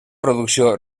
producció